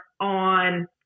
on